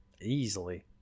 Easily